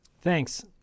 Thanks